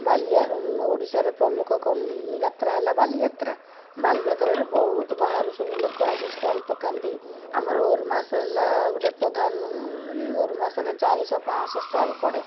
ବାଲି ଯା ଓଡ଼ିଶାରେ ପ୍ରମୁଖ କମ ଯାତ୍ରା ହେଲା ବାଲିଯାତ୍ରା ବାଲିଯାତ୍ରାରେ ବହୁତ ବାହାରୁ ସବୁ ଲୋକ ଆସି ଷ୍ଟଲ ପକାନ୍ତି ଆମର ଓର ମାସ ହେଲା ଗୋଟେ ପ୍ରଧାନ ଇଏ ଓର ମାସରେ ଚାରିଶହ ପାଁଶହ ଷ୍ଟଲ ପଡ଼େ